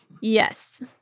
Yes